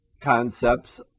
concepts